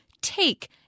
take